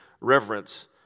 reverence